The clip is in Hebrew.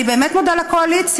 אני באמת מודה לקואליציה,